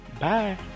bye